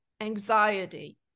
anxiety